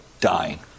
dying